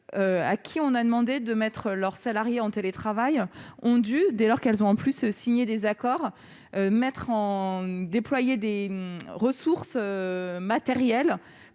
à qui on a demandé de mettre leurs salariés en télétravail ont dû, dès lors qu'elles ont signé des accords, déployer des ressources matérielles